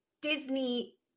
Disney